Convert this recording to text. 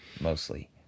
mostly